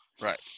Right